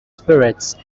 spirits